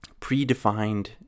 predefined